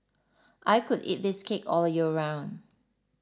I could eat this cake all year round